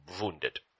wounded